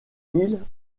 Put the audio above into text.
île